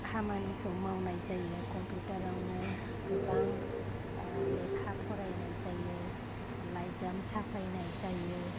खामानिखौ मावनाय जायो कम्पिउटारावनो गोबां लेखा फरायनाय जायो लाइजाम साफायनाय जायो